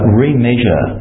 remeasure